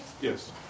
Yes